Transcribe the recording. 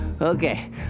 okay